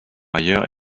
ailleurs